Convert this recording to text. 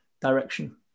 direction